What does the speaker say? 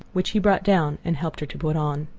which he brought down and helped her to put on.